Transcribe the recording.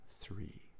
three